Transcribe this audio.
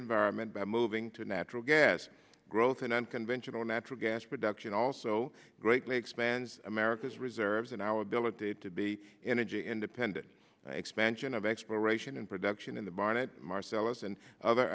environment by moving to natural gas growth and unconventional natural gas production also greatly expands america's reserves and our ability to be energy independent expansion of exploration and production in the barnett marcellus and other